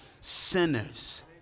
Sinners